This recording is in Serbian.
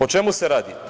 O čemu se radi?